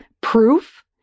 Proof